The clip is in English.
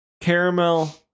caramel